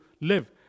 live